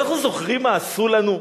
אנחנו זוכרים מה עשו לנו?